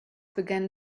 began